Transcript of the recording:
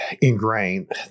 Ingrained